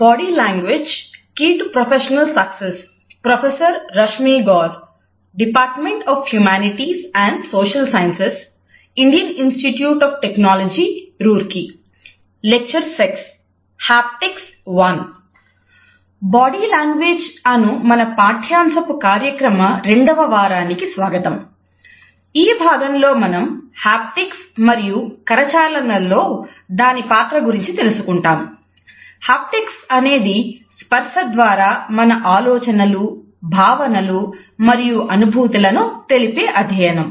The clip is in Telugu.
బాడీ లాంగ్వేజ్ అనేది స్పర్శ ద్వారా మన ఆలోచనలు భావనలు మరియు అనుభూతులను తెలిపే అధ్యయనం